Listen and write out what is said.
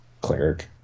Cleric